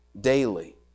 daily